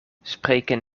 spreken